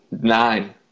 Nine